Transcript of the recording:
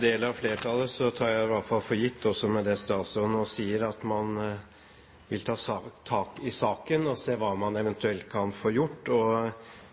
del av flertallet tar jeg iallfall for gitt, også med det som statsråden nå sier, at man vil ta tak i saken og se hva man eventuelt kan få gjort.